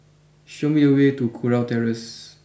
show me the way to Kurau Terrace